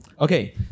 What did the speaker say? Okay